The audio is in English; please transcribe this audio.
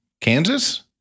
Kansas